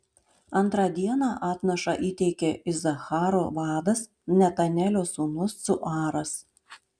antrą dieną atnašą įteikė isacharo vadas netanelio sūnus cuaras